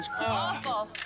Awful